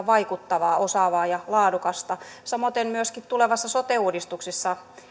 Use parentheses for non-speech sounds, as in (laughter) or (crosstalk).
(unintelligible) vaikuttavaa osaavaa ja laadukasta samoiten myöskin tulevassa sote uudistuksessa